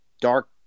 Dark